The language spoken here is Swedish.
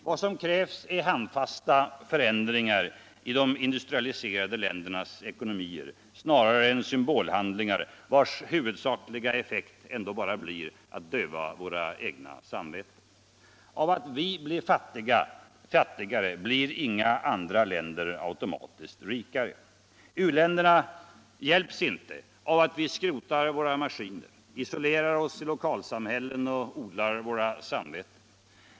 Vad som krävs är handfasta förändringar i de industrialiserade tändernas ekonomier snarare än svmbolhandlingar vilkas huvudsakliga effekt ändå bara blir att döva våra egna samveten. Av att vi blir fattigare blir inga andra länder automatiskt rikare. Utvecklingsländerna hjälps inte av att vi skrotar våra maskiner, isolerar oss it lokatsamhiällen och odlar våra samveten.